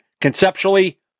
conceptually